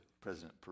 President